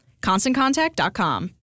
ConstantContact.com